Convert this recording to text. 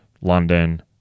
London